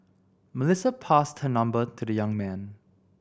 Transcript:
Melissa passed her number to the young man